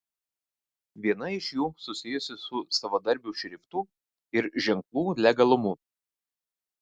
viena iš jų susijusi su savadarbių šriftų ir ženklų legalumu